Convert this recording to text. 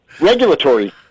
regulatory